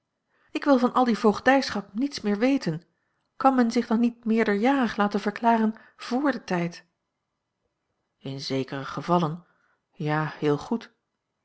ik wil van al die voogdijschap niets meer weten kan men a l g bosboom-toussaint langs een omweg zich dan niet meerderjarig laten verklaren vr den tijd in zekere gevallen ja heel goed